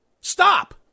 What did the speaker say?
Stop